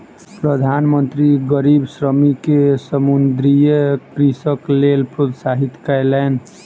प्रधान मंत्री गरीब श्रमिक के समुद्रीय कृषिक लेल प्रोत्साहित कयलैन